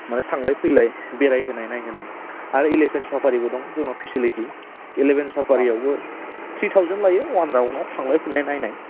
आमफ्राय थांलाय फैलाय बेरायहोनाय नायहोनाय आरो इलिफेन्ट साफारिबो दं जोंनाव फेसिलिटि इलिफेन्ट साफारियावबो थ्रि थावसेनड लायो अवान राउन्डआव थांलाय फैलाय नायनाय